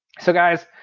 so guys,